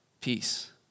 peace